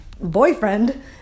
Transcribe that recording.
boyfriend